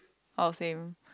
oh same